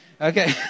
Okay